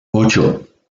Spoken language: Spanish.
ocho